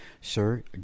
Sir